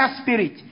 spirit